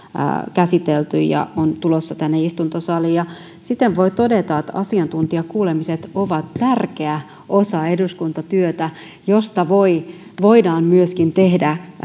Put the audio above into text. käsitelty ja on tulossa tänne istuntosaliin siten voi todeta että asiantuntijakuulemiset ovat tärkeä osa eduskuntatyötä jossa myöskin voidaan tehdä